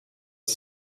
die